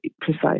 precise